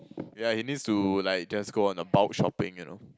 yeah he needs to like just go on a bulk shopping you know